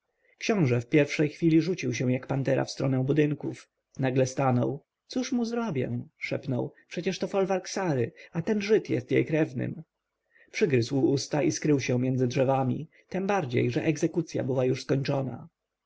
książę w pierwszej chwili rzucił się jak pantera w stronę budynków nagle stanął cóż mu zrobię szepnął przecież to folwark sary a ten żyd jest jej krewnym przygryzł usta i skrył się między drzewami tem bardziej że egzekucja była już skończona